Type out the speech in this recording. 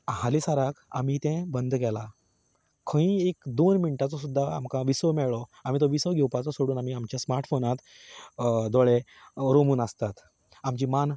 हालीसराक आमी तें बंद केलां खंय एक दोन मिण्टांचो सुद्दां आमकां विसव मेळ्ळो आमीं तो विसव घेवपाचो सोडून आमीं आमच्या स्मार्ट फोनार दोळे रमून आसतात आमची मान